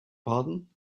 pardon